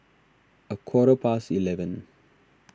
a quarter past eleven